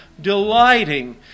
Delighting